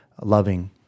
loving